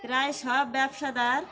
প্রায় সব ব্যবসাদার